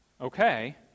okay